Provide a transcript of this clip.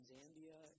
Zambia